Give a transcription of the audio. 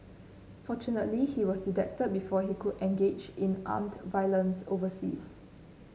fortunately he was detected before he could engage in armed violence overseas